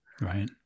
Right